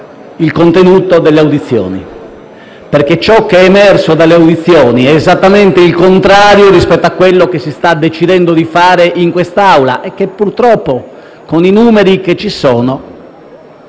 il contenuto delle audizioni. Ciò che ne è emerso, infatti, è esattamente il contrario rispetto a quello che si sta decidendo di fare in quest'Aula e che purtroppo, con i numeri che ci sono,